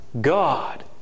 God